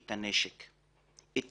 את הנשק ואת